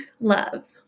love